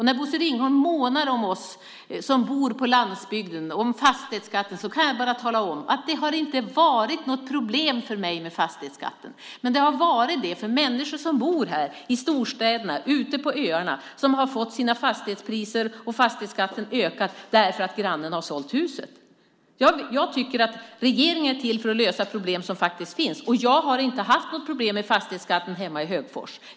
När Bosse Ringholm månar om oss som bor på landsbygden och om fastighetsskatten kan jag bara tala om att det inte har varit något problem för mig med fastighetsskatten, men det har varit det för människor som bor i storstäderna och ute på öarna som har fått ökad fastighetsskatt därför att grannen har sålt huset. Regeringen är till för att lösa problem som faktiskt finns. Jag har inte haft något problem med fastighetsskatten hemma i Högfors.